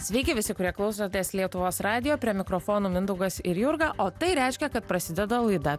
sveiki visi kurie klausotės lietuvos radijo prie mikrofono mindaugas ir jurga o tai reiškia kad prasideda laida